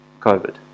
COVID